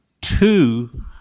Two